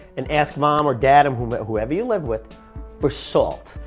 and ask mom or dad and or whoever you live with for salt.